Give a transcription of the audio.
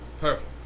Perfect